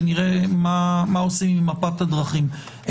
שנראה מה עושים עם מפת הדרכים.